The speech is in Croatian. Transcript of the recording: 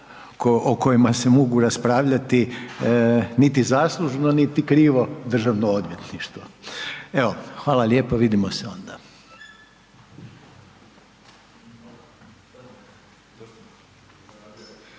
o kojima se mogu raspravljati niti zaslužno niti krivo Državno odvjetništvo. Evo hvala lijepa, vidimo se onda. STANKA